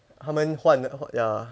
他们换的 ya